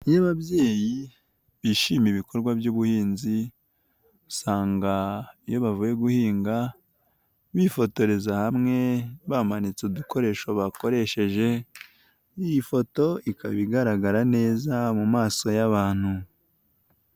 Iyo ababyeyi bishimira ibikorwa by'ubuhinzi usanga iyo bavuye guhinga bifotoreza hamwe bamanitse udukoresho bakoresheje iyi foto ikaba igaragara neza mu maso y'abantu.